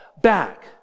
back